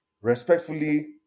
respectfully